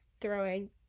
throwing